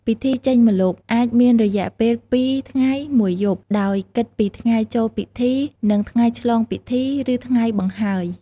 ពិធីចេញម្លប់អាចមានរយៈពេល ២ ថ្ងៃ ១ យប់ ដោយគិតពីថ្ងៃចូលពិធី និងថ្ងៃឆ្លងពិធី ឬថ្ងៃបង្ហើយ។